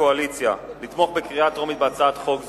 הקואליציה לתמוך בקריאה טרומית בהצעת חוק זו,